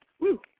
Woo